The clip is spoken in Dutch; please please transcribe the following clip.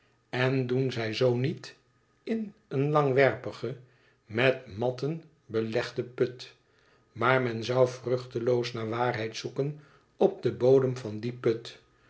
en doen zij zoo niet in een langwerpigen met matten belegden put maar men zou vruchteloos naar waarheid zoeken op den bodem van dien put